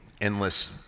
endless